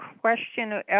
question